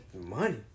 Money